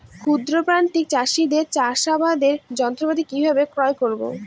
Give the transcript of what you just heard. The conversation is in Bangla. ক্ষুদ্র প্রান্তিক চাষীদের চাষাবাদের যন্ত্রপাতি কিভাবে ক্রয় করব?